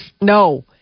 No